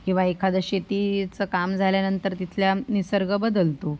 किंवा एखादं शेतीचं काम झाल्यानंतर तिथल्या निसर्ग बदलतो